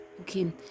okay